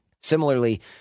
Similarly